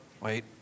wait